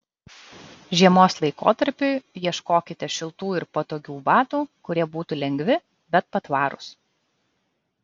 žiemos laikotarpiui ieškokite šiltų ir patogių batų kurie būtų lengvi bet patvarūs